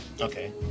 Okay